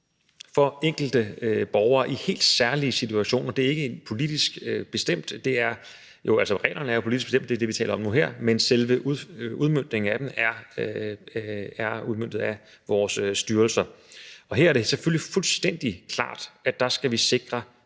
for enkelte borgere i helt særlige situationer. Det er ikke politisk bestemt. Jo, reglerne er selvfølgelig politisk bestemt – det er dem, vi taler om nu her – men selve udmøntningen af dem ligger i vores styrelser. Her er det selvfølgelig fuldstændig klart, at der skal vi sikre